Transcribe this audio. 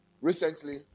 Recently